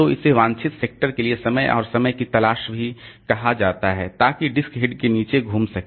तो इसे वांछित सेक्टर के लिए समय और समय की तलाश भी कहा जाता है ताकि डिस्क हेड के नीचे घूम सके